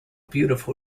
beautiful